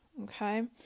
Okay